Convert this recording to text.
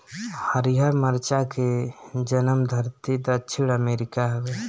हरिहर मरचा के जनमधरती दक्षिण अमेरिका हवे